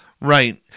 Right